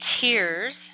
tears